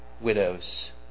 widows